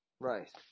Right